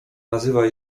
nazywa